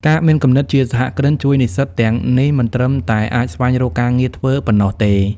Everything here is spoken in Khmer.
ការមានគំនិតជាសហគ្រិនជួយនិស្សិតទាំងនេះមិនត្រឹមតែអាចស្វែងរកការងារធ្វើប៉ុណ្ណោះទេ។